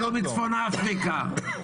הם עלו מצפון אפריקה,